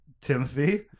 Timothy